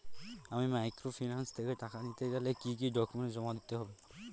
আমি মাইক্রোফিন্যান্স থেকে টাকা নিতে গেলে কি কি ডকুমেন্টস জমা দিতে হবে?